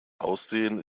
aussehen